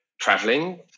traveling